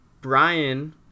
Brian